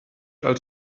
als